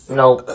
nope